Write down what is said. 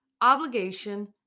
obligation